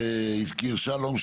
שהזכיר שלום,